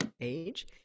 age